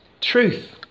Truth